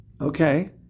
Okay